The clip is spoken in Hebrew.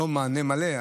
לא מענה מלא,